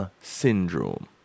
syndrome